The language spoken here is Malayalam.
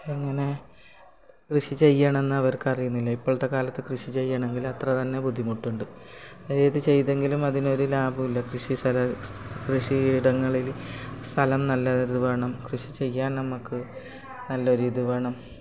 എങ്ങനെ കൃഷി ചെയ്യണം എന്ന് അവർക്കറിയുന്നില്ല ഇപ്പോളത്തെ കാലത്ത് കൃഷി ചെയ്യണമെങ്കിൽ അത്രതന്നെ ബുദ്ധിമുട്ടുണ്ട് അതായത് ചെയ്തെങ്കിലും അതിനൊരു ലാഭമോ ഇല്ല കൃഷി സ്ഥ കൃഷിയിടങ്ങളിൽ സ്ഥലം നല്ലത് വേണം കൃഷി ചെയ്യാൻ നമുക്ക് നല്ല ഒരു ഇത് വേണം